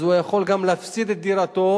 אז הוא יכול גם להפסיד את דירתו.